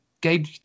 Gabe